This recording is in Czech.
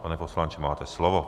Pane poslanče, máte slovo.